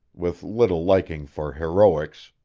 with little liking for heroics,